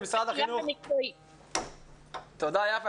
תודה רבה.